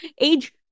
Age